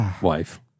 wife